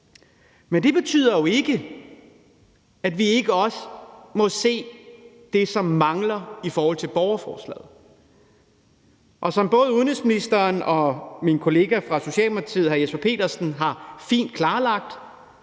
Men det betyder ikke, at vi ikke også må se det, som mangler i forhold til borgerforslaget. Som både udenrigsministeren og min kollega fra Socialdemokratiet, hr. Jesper Petersen, fint har klarlagt,